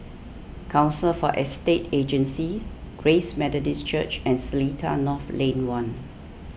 Council for Estate Agencies Grace Methodist Church and Seletar North Lane one